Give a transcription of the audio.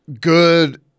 good